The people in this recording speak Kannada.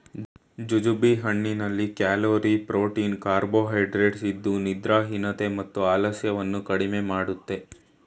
ಜುಜುಬಿ ಹಣ್ಣಿನಲ್ಲಿ ಕ್ಯಾಲೋರಿ, ಫ್ರೂಟೀನ್ ಕಾರ್ಬೋಹೈಡ್ರೇಟ್ಸ್ ಇದ್ದು ನಿದ್ರಾಹೀನತೆ ಮತ್ತು ಆಲಸ್ಯವನ್ನು ಕಡಿಮೆ ಮಾಡುತ್ತೆ